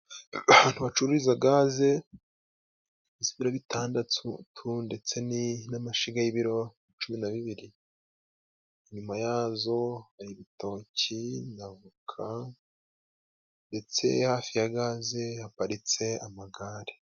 Ahantu bacuruza gaze z'ibiro bitandatu, ndetse n'amashyiga y'ibiro cumi na bibiri, inyuma yazo hari ibitoki n'avoka, ndetse hafi ya gaze haparitse amagare.